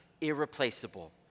irreplaceable